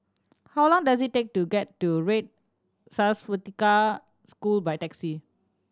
how long does it take to get to Red Swastika School by taxi